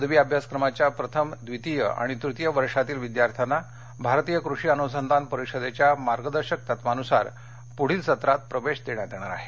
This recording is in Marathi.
पदवी अभ्यासक्रमाच्या प्रथम द्वितीय आणि तृतीय वर्षातील विद्यार्थ्यांना भारतीय कृषी अनुसंधान परिषदेच्या मार्गदर्शक तत्वानुसार पुढील सत्रात प्रवेश देण्यात येणार आहे